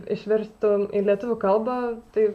išverstum į lietuvių kalbą tai